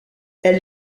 elle